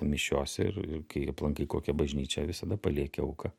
mišiose ir ir kai aplankai kokią bažnyčią visada palieki auką